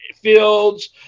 fields